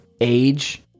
age